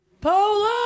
Polo